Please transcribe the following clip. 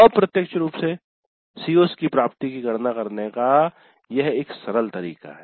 अप्रत्यक्ष रूप से COs की प्राप्ति की गणना करने का यह एक सरल तरीका है